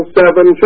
seven